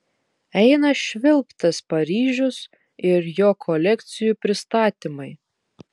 eina švilpt tas paryžius ir jo kolekcijų pristatymai